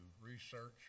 research